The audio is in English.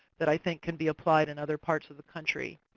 that i think can be applied in other parts of the country.